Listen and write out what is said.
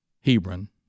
Hebron